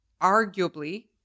arguably